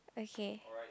okay